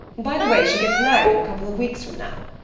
by the way, she gets married in a couple of weeks from now.